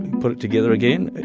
put it together again. and